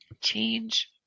change